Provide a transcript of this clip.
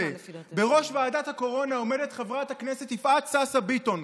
בראש ועדת הקורונה עומדת חברת הכנסת יפעת סאסא ביטון,